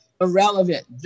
irrelevant